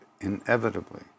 inevitably